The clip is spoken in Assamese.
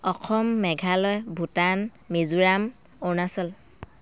অসম মেঘালয় ভূটান মিজোৰাম অৰুণাচল